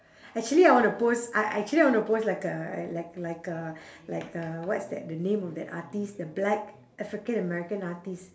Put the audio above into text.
actually I want to pose I actually I want to pose like a like like a like a what's that the name of that artiste the black african american artiste